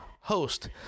Host